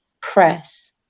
press